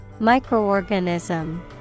Microorganism